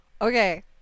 Okay